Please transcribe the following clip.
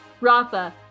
Rafa